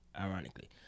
ironically